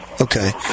Okay